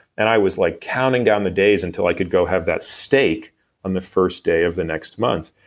and i was like counting down the days until i could go have that steak on the first day of the next month.